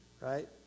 right